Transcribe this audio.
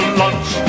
lunch